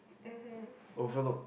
mmhmm